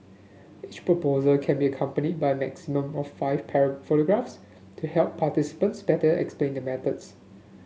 each proposal can be accompanied by a maximum of five pair photographs to help participants better explain their methods